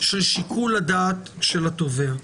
של שיקול הדעת של התובע?